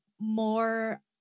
more